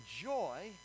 joy